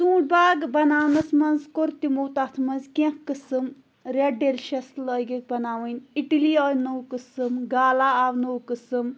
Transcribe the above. ژوٗنٹھۍ باغ بناونَس منٛز کوٚر تِمَو تَتھ منٛز کیٚنٛہہ قٕسم رٮ۪ڈ ڈیلِشَس لٲگٕکھۍ بناوٕنۍ اِٹلی آے نوٚو قسم گالا آو نوٚو قٕسٕم